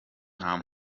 nta